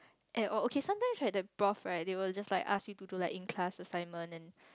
at all okay sometimes right the prof right they will just like ask you to do like in class assignment and